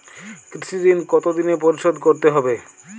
কৃষি ঋণ কতোদিনে পরিশোধ করতে হবে?